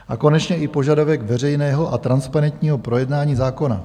A konečně i požadavek veřejného a transparentního projednání zákona.